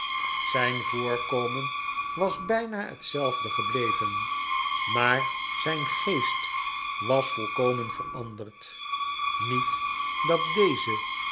zijn voorkomen was bijna hetzelfde gebleven pecksniff heeft huwelijksplannen maar zijn geest was volkomen veranderd niet dat deze